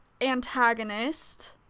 antagonist